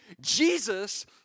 Jesus